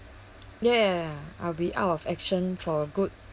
ya ya ya I'll be out of action for good